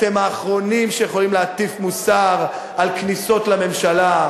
אתם האחרונים שיכולים להטיף מוסר על כניסות לממשלה.